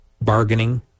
bargaining